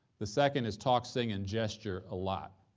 the second is talk, sing, and gesture a lot,